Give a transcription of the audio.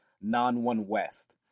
non-one-west